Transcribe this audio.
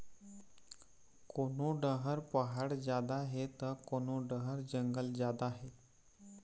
कोनो डहर पहाड़ जादा हे त कोनो डहर जंगल जादा हे